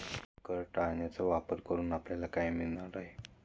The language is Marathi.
कर टाळण्याचा वापर करून आपल्याला काय मिळणार आहे?